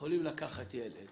יכולים לקחת ילד